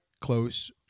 close